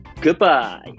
goodbye